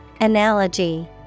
Analogy